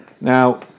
Now